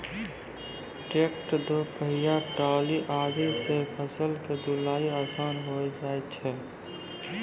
tractor, दो पहिया trolley आदि सॅ फसल के ढुलाई आसान होय जाय छै